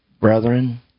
brethren